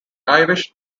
irish